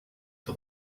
for